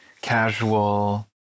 casual